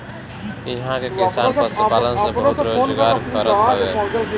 इहां के किसान पशुपालन से बहुते रोजगार करत हवे